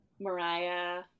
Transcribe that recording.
Mariah